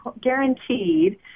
guaranteed